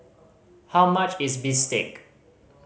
how much is bistake